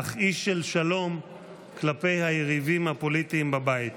אך איש של שלום כלפי היריבים הפוליטיים בבית.